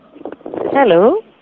Hello